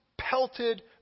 pelted